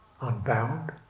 unbound